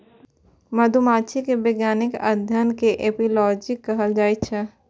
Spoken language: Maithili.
मधुमाछी के वैज्ञानिक अध्ययन कें एपिओलॉजी कहल जाइ छै